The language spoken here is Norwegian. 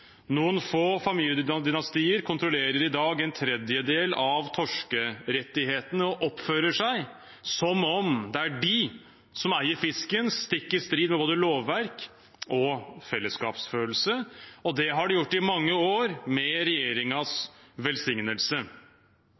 Noen få familiedynastier kontrollerer i dag en tredjedel av torskerettighetene og oppfører seg som om det er de som eier fisken – stikk i strid med både lovverk og fellesskapsfølelse – og det har de gjort i mange år med regjeringens velsignelse.